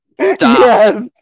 Stop